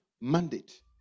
mandate